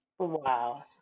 Wow